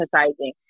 emphasizing